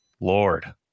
Lord